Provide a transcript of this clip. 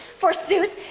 forsooth